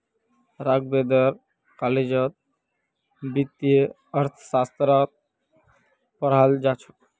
राघवेंद्र कॉलेजत वित्तीय अर्थशास्त्र पढ़ाल जा छ